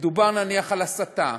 כשמדובר נניח על הסתה,